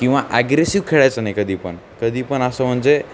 किंवा ॲग्रेसिव खेळायचं नाही कधीपण कधीपण असं म्हणजे